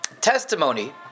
Testimony